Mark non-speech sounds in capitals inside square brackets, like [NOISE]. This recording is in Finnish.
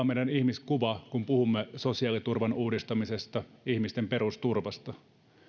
[UNINTELLIGIBLE] meidän ihmiskuvamme kun puhumme sosiaaliturvan uudistamisesta ihmisten perusturvasta